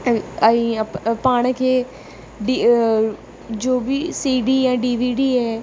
ऐं पाण खे डी जो बि सी डी ऐं डी वी डी ऐं